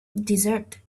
desert